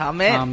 Amen